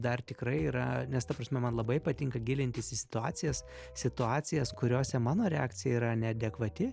dar tikrai yra nes ta prasme man labai patinka gilintis į situacijas situacijas kuriose mano reakcija yra neadekvati